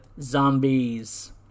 Zombies